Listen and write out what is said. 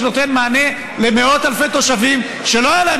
שנותן מענה למאות אלפי תושבים שלא היה להם